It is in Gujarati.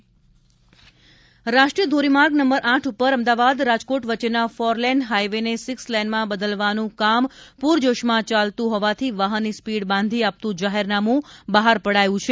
રાજકોટ હાઇવે સ્પીડ લિમિટ રાષ્ટ્રીય ધોરીમાર્ગ નંબર આઠ ઉપર અમદાવાદ રાજકોટ વચ્ચેના ફોરલેન હાઇવે ને સિક્સ લેનમાં બદલવાનું કામ પૂરજોશમાં ચાલતું હોવાથી વાહનની સ્પીડ બાંધી આપતું જાહેરનામુ બહાર પડાયું છે